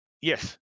yes